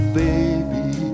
baby